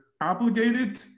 obligated